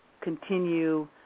continue